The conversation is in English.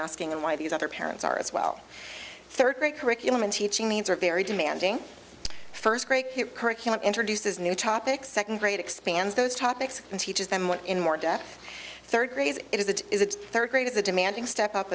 asking and why these other parents are as well third grade curriculum and teaching means are very demanding first grade curriculum introduces new topics second grade expands those topics and teaches them one in more depth third grade is the third grade is a demanding step up